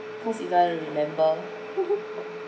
cause it doesn't remember